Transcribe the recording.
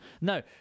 No